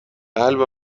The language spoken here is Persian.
قلب